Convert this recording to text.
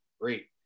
great